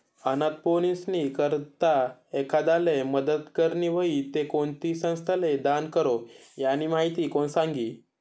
अनाथ पोरीस्नी करता एखांदाले मदत करनी व्हयी ते कोणती संस्थाले दान करो, यानी माहिती कोण सांगी